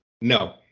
No